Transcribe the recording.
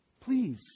please